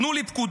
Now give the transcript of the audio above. תנו לי פקודה,